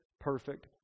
perfect